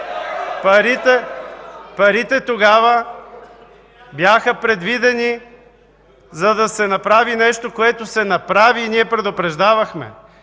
парите тогава бяха предвидени, за да се направи нещо, което се направи, и ние предупреждавахме.